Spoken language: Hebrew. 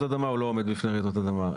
אדמה או שהוא לא עומד בפני רעידות אדמה,